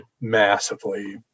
massively